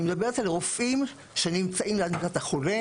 אני מדברת על רופאים שנמצאים ליד מיטת החולה